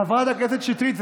חברת הכנסת שטרית,